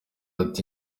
ati